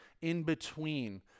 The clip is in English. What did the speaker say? in-between